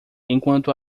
enquanto